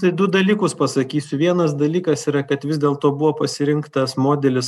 tai du dalykus pasakysiu vienas dalykas yra kad vis dėlto buvo pasirinktas modelis